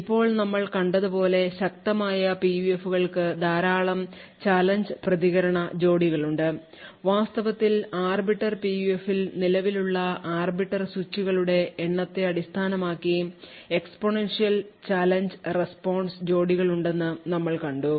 ഇപ്പോൾ നമ്മൾ കണ്ടതുപോലെ ശക്തമായ PUF കൾക്ക് ധാരാളം ചലഞ്ച് പ്രതികരണ ജോഡികളുണ്ട് വാസ്തവത്തിൽ ആർബിറ്റർ PUF ൽ നിലവിലുള്ള ആർബിറ്റർ സ്വിച്ചുകളുടെ എണ്ണത്തെ അടിസ്ഥാനമാക്കി എക്സ്പോണൻഷ്യൽ ചലഞ്ച് റെസ്പോൺസ് ജോഡികളുണ്ടെന്ന് നമ്മൾ കണ്ടു